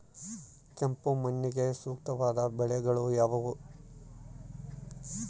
ಕೆಂಪು ಮಣ್ಣಿಗೆ ಸೂಕ್ತವಾದ ಬೆಳೆಗಳು ಯಾವುವು?